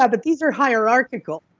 ah but these are hierarchical.